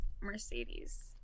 mercedes